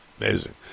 Amazing